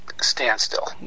standstill